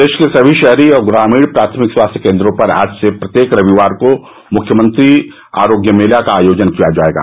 प्रदेश के सभी शहरी और ग्रामीण प्राथमिक स्वास्थ्य केन्द्रों पर आज से प्रत्येक रविवार को मुख्यमंत्री आरोग्य मेला का आयोजन किया जायेगा